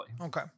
okay